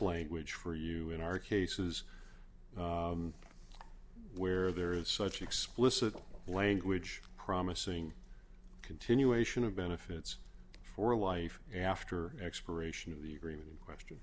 language for you in our cases where there is such explicit language promising continuation of benefits for a wife after expiration of the agreement in question